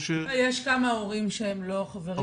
יש כמה הורים שהם לא חברים,